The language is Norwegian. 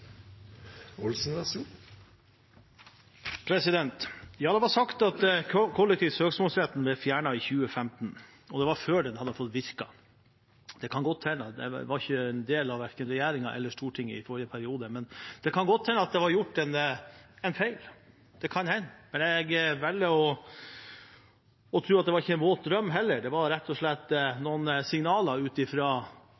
Det ble sagt at kollektiv søksmålsrett ble fjernet i 2015, og det var før den hadde fått virke. Det kan godt hende. Jeg var ikke en del av verken regjeringen eller Stortinget i forrige periode, men det kan godt hende at det ble gjort en feil. Det kan hende, men jeg velger å tro at det ikke var en våt drøm, heller. Det var rett og slett